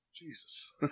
Jesus